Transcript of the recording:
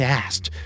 asked